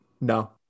No